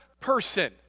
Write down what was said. person